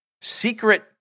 secret